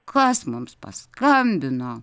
kas mums paskambino